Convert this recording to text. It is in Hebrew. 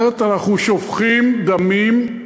אחרת אנחנו שופכים דמים,